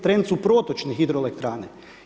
Trend su protočne hidroelektrane.